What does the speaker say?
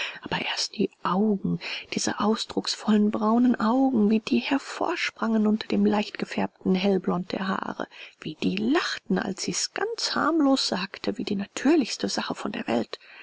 aber erst die augen diese ausdrucksvollen braunen augen wie die hervorsprangen unter dem leichtgefärbten hellblond der haare wie die lachten als sie's ganz harmlos sagte wie die natürlichste sache von der welt